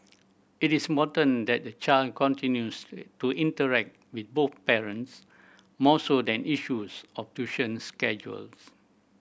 it is important that the child continues to interact with both parents more so than issues of tuition schedules